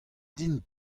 din